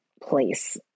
place